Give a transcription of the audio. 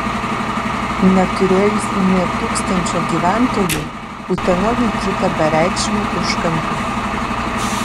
neturėjusi nė tūkstančio gyventojų utena laikyta bereikšmiu užkampiu